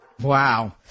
Wow